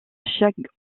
chaque